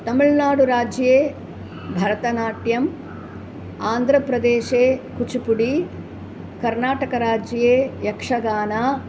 तमिळ्नाडु राज्ये भरतनाट्यम् आन्द्रप्रदेशे कुचुपुडि कर्नाटकराज्ये यक्षगान